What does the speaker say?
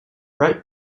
ripe